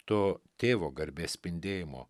to tėvo garbės spindėjimo